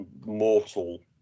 mortal